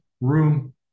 room